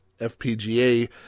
FPGA